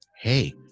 hey